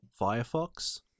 Firefox